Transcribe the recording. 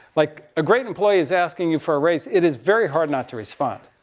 like, a great employee is asking you for a raise, it is very hard not to respond.